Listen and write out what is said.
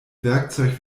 werkzeug